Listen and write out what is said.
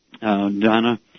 Donna